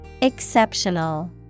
Exceptional